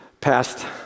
past